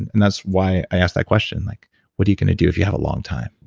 and and that's why i ask that question. like what are you gonna do if you have a long time?